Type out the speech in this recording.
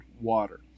water